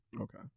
Okay